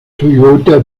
toyota